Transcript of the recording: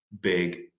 big